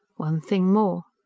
one thing more.